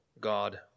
God